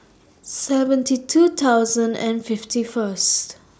seventy two thousand and fifty First